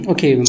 Okay